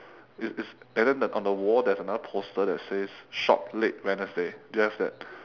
is is and then the on the wall there's another poster that says shop late wednesday do you have that